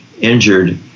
injured